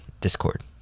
discord